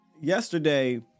Yesterday